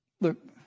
look